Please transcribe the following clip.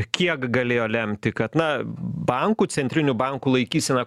kiek galėjo lemti kad na bankų centrinių bankų laikysena